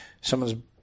someone's